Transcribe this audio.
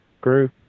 grew